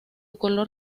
color